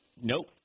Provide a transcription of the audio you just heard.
Nope